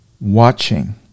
watching